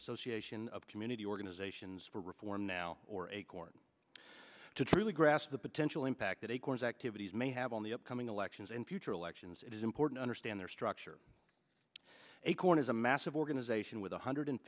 association of community organizations for reform now or acorn to truly grasp the potential impact that acorn's activities may have on the upcoming elections in future elections it is important understand their structure acorn is a massive organization with one hundred